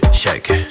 shake